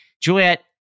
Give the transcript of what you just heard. Juliet